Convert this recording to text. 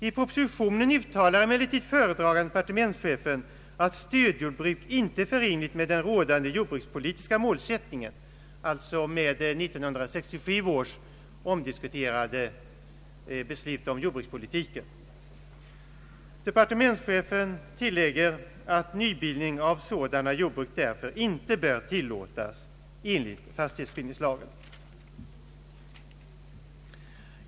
I propositionen uttalar emellertid föredragande departementschefen att stödjordbruk inte är förenligt med den rådande jordbrukspolitiska målsättningen — alltså med 1963 års omdiskuterade beslut om jordbrukspolitiken. Departementschefen tillägger att nybildning av sådana jordbruk därför inte bör tillåtas enligt fastighetsbildningslagen.